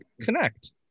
connect